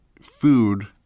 food